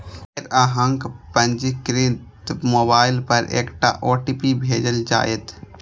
फेर अहांक पंजीकृत मोबाइल पर एकटा ओ.टी.पी भेजल जाएत